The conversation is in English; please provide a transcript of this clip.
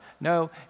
No